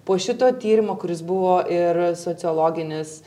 po šito tyrimo kuris buvo ir sociologinis